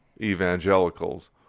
evangelicals